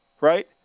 Right